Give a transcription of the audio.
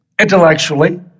intellectually